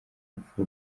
rupfu